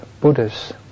Buddha's